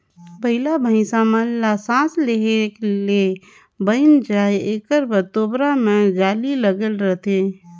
बइला भइसा मन ल सास लेहे ले बइन जाय एकर बर तोबरा मे जाली लगे रहथे